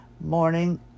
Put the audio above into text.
morning